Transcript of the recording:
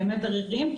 עריריים,